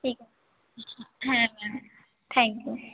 ঠিক আছে হ্যাঁ হ্যাঁ থ্যাঙ্ক ইউ